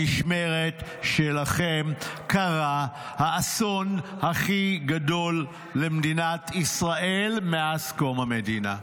במשמרת שלכם קרה האסון הכי גדול למדינת ישראל מאז קום המדינה.